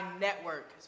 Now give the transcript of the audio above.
network